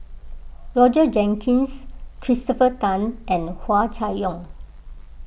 Roger Jenkins Christopher Tan and Hua Chai Yong